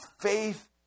faith